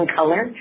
color